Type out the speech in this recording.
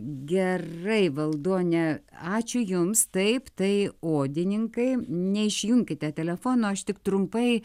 gerai valdone ačiū jums taip tai odininkai neišjunkite telefono aš tik trumpai